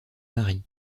marie